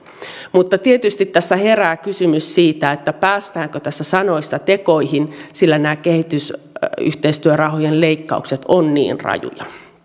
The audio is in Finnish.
mutta tietysti tässä herää kysymys siitä päästäänkö tässä sanoista tekoihin sillä nämä kehitysyhteistyörahojen leikkaukset ovat niin rajuja